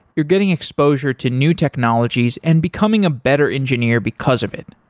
you're getting exposure to new technologies and becoming a better engineer because of it.